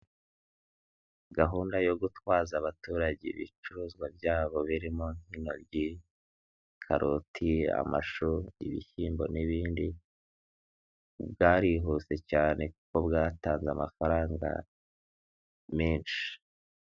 Gahunda yo gutwaza abaturage ibicuruzwa byabo birimo nk'intoryi, karoti, amashu, ibishyimbo n'ibindi, bwarihuse cyane kuko bwatanze amafaranga menshi.